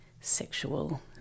sexual